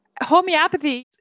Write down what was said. homeopathy